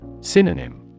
Synonym